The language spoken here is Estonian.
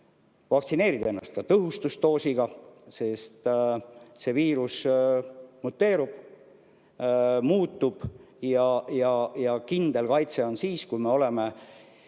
vaktsineerida ennast ka tõhustusdoosiga, sest see viirus muteerub, muutub, ja kindel kaitse on siis, kui me oleme